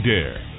Dare